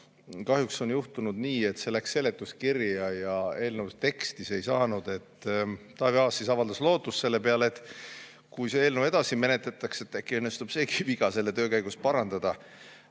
Kahjuks on juhtunud nii, et see läks seletuskirja ja eelnõu teksti see ei saanud. Taavi Aas avaldas lootust selle peale, et kui seda eelnõu edasi menetletakse, siis äkki õnnestub see viga töö käigus parandada.